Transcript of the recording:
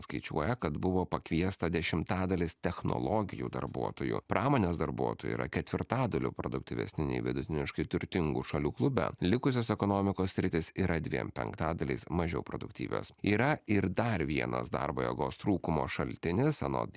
skaičiuoja kad buvo pakviesta dešimtadalis technologijų darbuotojų pramonės darbuotojai yra ketvirtadaliu produktyvesni nei vidutiniškai turtingų šalių klube likusios ekonomikos sritys yra dviem penktadaliais mažiau produktyvios yra ir dar vienas darbo jėgos trūkumo šaltinis anot